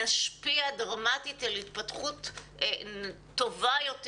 ונשפיע דרמטית על התפתחות טובה יותר